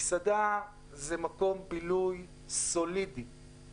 מסעדה זה מקום בילוי סולידי,